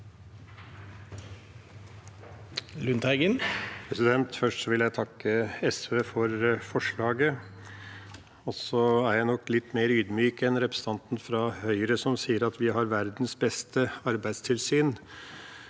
Først vil jeg takke SV for forslaget. Så er jeg nok litt mer ydmyk enn representanten fra Høyre, som sier at vi har verdens beste arbeidstilsyn.